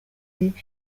ribi